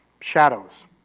Shadows